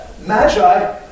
Magi